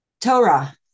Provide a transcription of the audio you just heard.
Torah